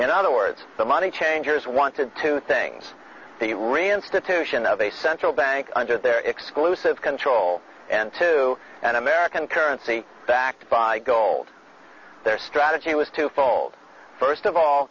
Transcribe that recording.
in other words the money changers wanted to things the reinstitution of a central bank under their exclusive control and to an american currency that act by gold their strategy was twofold first of all